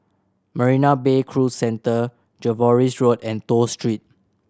Marina Bay Cruise Centre Jervois Road and Toh Street